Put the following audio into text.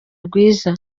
rwiza